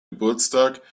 geburtstag